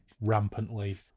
rampantly